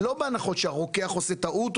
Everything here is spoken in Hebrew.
לא בהנחות שהרוקח עושה טעות,